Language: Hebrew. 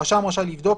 הרשם רשאי לבדוק,